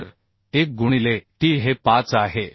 तर 1 गुणिले Tt हे 5 आहे